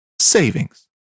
savings